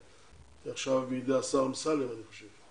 הוא עכשיו בידי השר אמסלם, אני חושב.